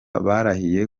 barahiye